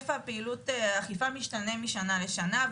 היקף פעילות האכיפה משתנה משנה לשנה,